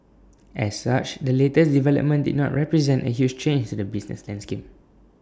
as such the latest development did not represent A huge change to the business landscape